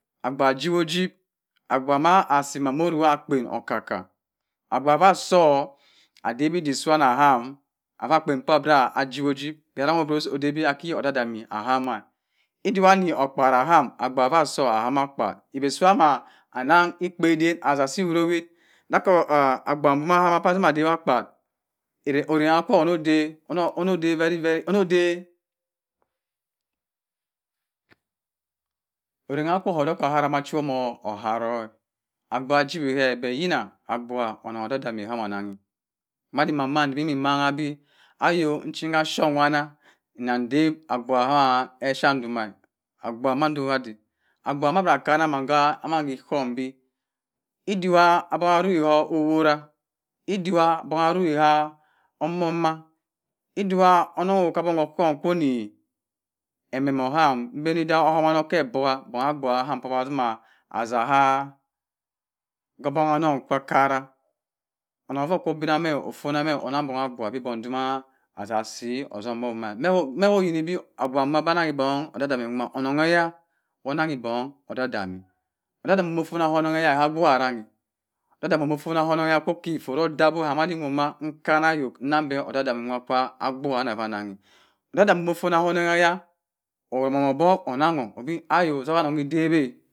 Abgubha ajiwi oji, abgubha omo si man mo rowi akpen oka-ka abgubha ova so adawi odok sa'nn aham, ajiwi oji kie rang odabi aki odam odami ahamma idowa di abgubha aham so ahama abgubha idik sa mo nann ekpadem asa asi wiro witt da ki abgubha ahuma ba a sima abawi ennakwa eranng so onnodu, errang cho onoo da erara chema eharo yina abgubha onnon odam-dami komo onnan-a, ayo nchika shop kanna nda dawi abgubha ma shop dumma, abgubhu mando kada abgubha mado ka da okanna man ka k'phọhm bi idum=w abong arowi orowa idawa obong arowi a omomah, edowa onnon ohowa ka bọng ọhọhm koni amẹn o ham mbani da uhomarma oke odoka bong abgubha ka ham atzima aa obukannon pa akara ononn ovo pinia me atzim abgubha onnan bong bi bong tzuk asa si ohom-ma me oyin bẹ abgubha oki bong odam-dami onnan, onnon keya wo onnan bong odam-odami, odam-odami omo fona ka ononn keya, ka abgubhy rang, odam-odami omo fon ka onnon keya bi kam madin nwohwa ma nkani ayok nn be odam-odami nwo ka abgubha kava annang odam-odami fona ka onnon keya obok onnan ko bi aya atzuka onnan ida-a.